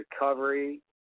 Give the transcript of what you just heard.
recovery